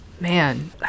Man